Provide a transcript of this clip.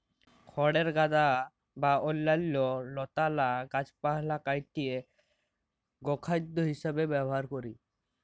খড়ের গাদা বা অইল্যাল্য লতালা গাহাচপালহা কাইটে গখাইদ্য হিঁসাবে ব্যাভার ক্যরে